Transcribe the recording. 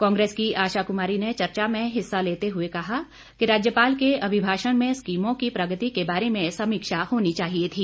कांग्रेस की आशा कुमारी ने चर्चा में हिस्सा लेते हुए कहा कि राज्यपाल के अभिभाषण में स्कीमों की प्रगति के बारे में समीक्षा होनी चाहिए थी